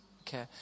Okay